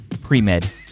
Pre-Med